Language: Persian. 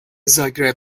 زاگرب